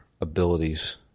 abilities